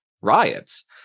riots